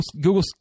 Google